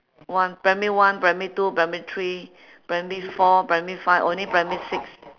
one primary one primary two primary three primary four primary five only primary six